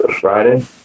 Friday